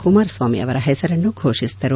ಕುಮಾರಸ್ವಾಮಿ ಅವರ ಹೆಸರನ್ನು ಫೋಷಿಸಿದರು